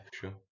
sure